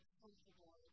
comfortable